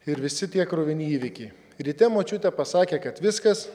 ir visi tie kruvini įvykiai ryte močiutė pasakė kad viskas